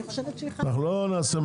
ואני חושב שאני לא טועה,